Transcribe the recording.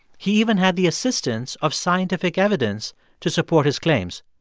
he even had the assistance of scientific evidence to support his claims.